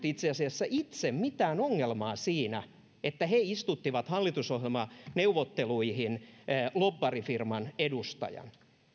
itse asiassa itse mitään ongelmaa siinä että he istuttivat hallitusohjelmaneuvotteluihin lobbarifirman edustajan